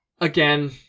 Again